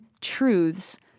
truths